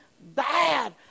bad